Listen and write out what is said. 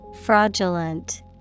Fraudulent